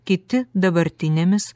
kiti dabartinėmis